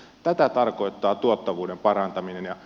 tätä tarkoittaa tuottavuuden parantaminen